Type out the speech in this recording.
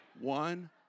one